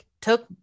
took